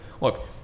look